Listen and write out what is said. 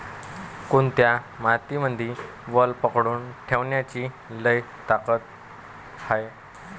कोनत्या मातीमंदी वल पकडून ठेवण्याची लई ताकद हाये?